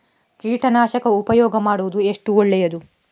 ಕೀಟನಾಶಕ ಉಪಯೋಗ ಮಾಡುವುದು ಎಷ್ಟು ಒಳ್ಳೆಯದು?